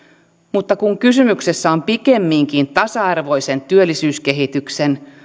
mutta kun kysymyksessä on pikemminkin tasa arvoisen työllisyyskehityksen